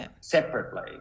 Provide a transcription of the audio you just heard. separately